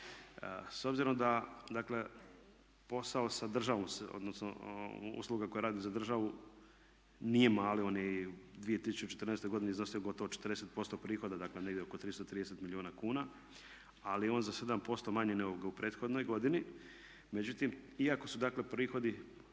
S obzirom da dakle posao sa državom odnosno usluge koje radi za državu nije mali, on je u 2014. godini iznosio gotovo 40% prihoda, dakle negdje oko 330 milijuna kuna, ali je on za 7% manji nego u prethodnoj godini. Međutim, iako su dakle prihodi